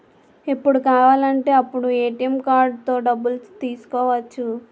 ఎప్పుడు కావాలంటే అప్పుడు ఏ.టి.ఎం కార్డుతో డబ్బులు తీసుకోవచ్చు